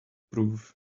prove